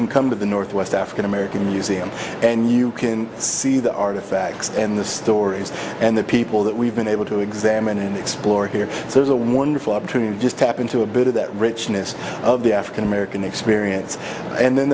can come to the northwest african american museum and you can see the artifacts and the stories and the people that we've been able to examine and explore here there's a wonderful opportunity just tap into a bit of that richness of the african american experience and then